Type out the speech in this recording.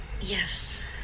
Yes